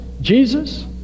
Jesus